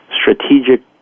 Strategic